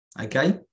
Okay